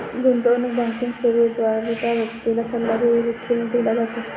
गुंतवणूक बँकिंग सेवेद्वारे त्या व्यक्तीला सल्ला देखील दिला जातो